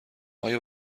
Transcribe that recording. آیا